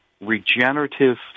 regenerative